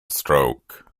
stroke